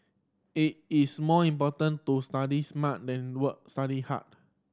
it is more important to study smart than work study hard